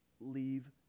leave